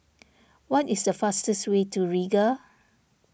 what is the fastest way to Riga